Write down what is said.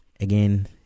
Again